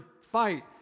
fight